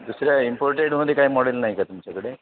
दुसऱ्या इम्पोर्टेडमध्ये काय मॉडेल नाही का तुमच्याकडे